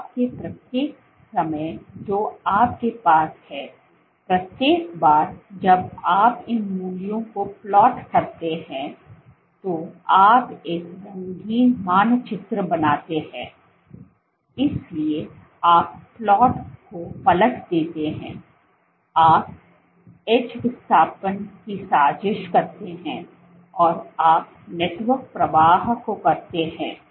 आपके प्रत्येक समय जोआपके पास है प्रत्येक बार जब आप इन मूल्यों को प्लॉट करते हैं तो आप एक रंगीन मानचित्र बनाते हैं इसलिए आप प्लॉट को पलट देते हैं आप एज विस्थापन की साजिश करते हैं और आप नेटवर्क प्रवाह को करते हैं